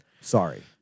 Sorry